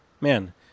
Man